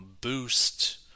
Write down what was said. boost